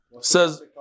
says